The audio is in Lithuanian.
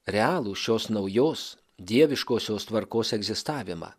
realų šios naujos dieviškosios tvarkos egzistavimą